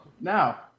Now